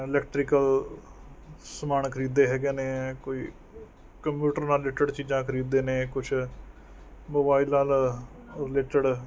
electrical ਸਮਾਨ ਖਰੀਦਦੇ ਹੈਗੇ ਨੇ ਕੋਈ ਕੰਪਿਊਟਰ ਨਾਲ਼ ਰਿਲੇਟਡ ਚੀਜ਼ਾਂ ਖਰੀਦਦੇ ਨੇ ਕੁਝ ਮੋਬਾਇਲ ਨਾਲ਼ ਰਿਲੇਟਡ